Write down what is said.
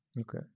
Okay